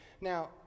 Now